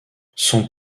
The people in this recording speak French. son